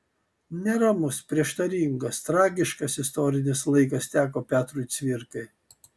neramus prieštaringas tragiškas istorinis laikas teko petrui cvirkai